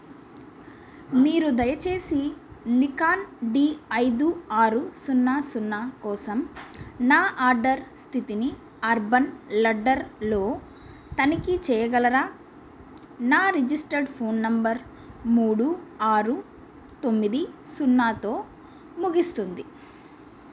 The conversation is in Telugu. మీరు దయచేసి నికాన్ డీ ఐదు ఆరు సున్నా సున్నా కోసం నా ఆర్డర్ స్థితిని అర్బన్ లడ్డర్లో తనిఖీ చేయగలరా నా రిజిస్టర్డ్ ఫోన్ నెంబర్ మూడు ఆరు తొమ్మిది సున్నాతో ముగుస్తుంది